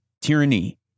Tyranny